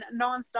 nonstop